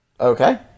Okay